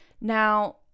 Now